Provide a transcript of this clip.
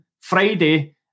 Friday